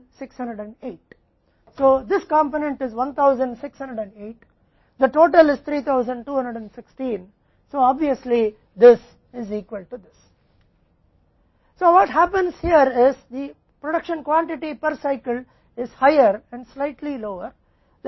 तो यहाँ क्या होता है प्रति चक्र उत्पादन मात्रा अधिक और थोड़ी कम होती है चक्र की लंबाई या अवधि थोड़ा नीचे आती है